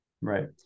right